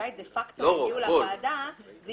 ועדה שהיא